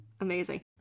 amazing